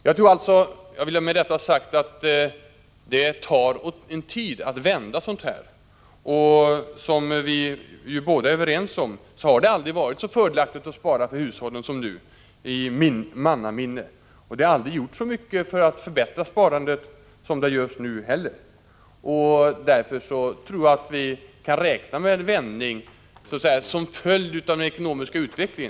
Jag vill med detta ha sagt att det tar tid att komma till en vändning. Som vi är överens om har det aldrig i mannaminne varit så fördelaktigt för hushållen att spara som nu, och det har aldrig heller gjorts så mycket för att förbättra sparandet som nu. Därför tror jag att vi kan räkna med en vändning som en följd av den ekonomiska utvecklingen.